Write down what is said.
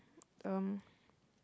um